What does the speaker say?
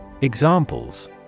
Examples